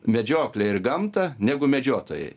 medžioklę ir gamtą negu medžiotojai